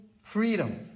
freedom